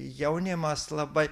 jaunimas labai